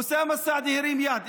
אוסאמה סעדי הרים יד,